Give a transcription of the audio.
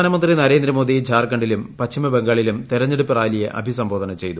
പ്രധാനമന്ത്രി നരേന്ദ്രമോദി ഝാർഖണ്യിലും പശ്ചിമ ബംഗാളിലും തിരഞ്ഞെടുപ്പ് റാലിയെ അഭിസംബോധ ഒ്ചയ്തു